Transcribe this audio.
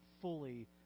fully